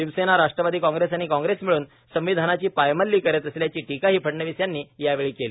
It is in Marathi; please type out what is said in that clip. शिवसेना राट्रवादी काँप्रेस आणि काँप्रेस मिळून संविधानाची पायमल्ली करीत असल्याची टीकाही फडणवीस यांनी यावेळी केली